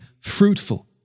fruitful